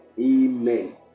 amen